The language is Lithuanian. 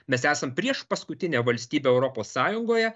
mes esam priešpaskutinė valstybė europos sąjungoje